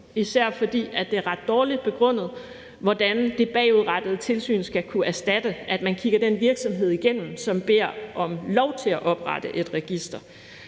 især fordi det er ret dårligt begrundet, hvordan det bagudrettede tilsyn skal kunne erstatte, at man kigger den virksomhed, som beder om lov til at oprette et register,